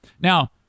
Now